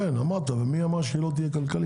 כן, אמרת, אבל מי אמר שהיא לא תהיה כלכלית?